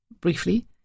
Briefly